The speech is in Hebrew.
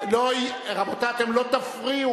חבר הכנסת טיבייב,